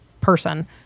person